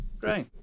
Great